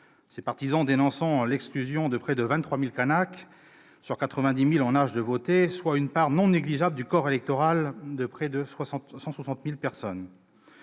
ses partisans dénonçant l'exclusion de près de 23 000 Kanaks sur 90 000 en âge de voter, soit une part non négligeable du corps électoral total de près de 160 000 personnes.